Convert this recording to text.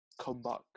comeback